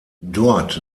dort